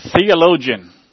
theologian